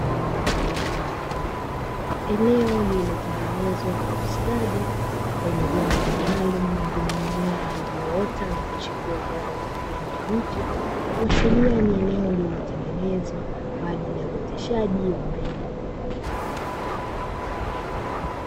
Eneo lililotengenezwa kwa ustadi kwenye jengo maalumu lenye mimea iliyoota na kuchipua kwa rangi ya kijani kibichi, kuashiria ni eneo lililotengenezwa kwa ajili ya uoteshaji wa mbegu.